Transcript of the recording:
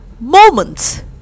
moments